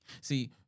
See